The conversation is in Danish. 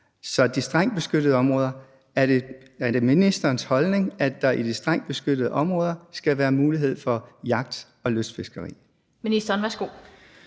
Så er det ministerens holdning, at der i de strengt beskyttede område skal være mulighed for jagt og lystfiskeri? Kl. 16:41 Den fg.